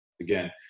again